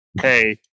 Hey